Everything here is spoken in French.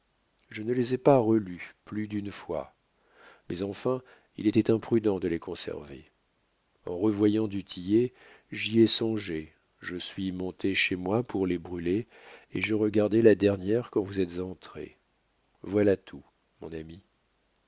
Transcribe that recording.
je ne les ai pas relues plus d'une fois mais enfin il était imprudent de les conserver en revoyant du tillet j'y ai songé je suis montée chez moi pour les brûler et je regardais la dernière quand vous êtes entré voilà tout mon ami